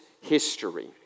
history